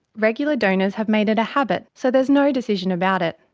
regular donors have made it a habit, so there's no decision about it.